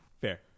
Fair